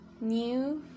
new